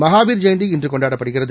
மஹாவீர் ஜெயந்தி இன்றுகொண்டாடப்படுகிறது